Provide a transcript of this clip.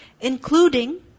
including